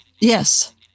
Yes